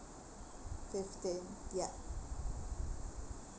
fifteenth ya